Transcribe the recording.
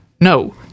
No